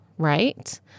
Right